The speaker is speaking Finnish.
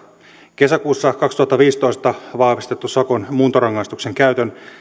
kesäkuussa kaksituhattaviisitoista vahvistettu sakon muuntorangaistuksen käytön